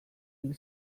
hil